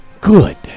good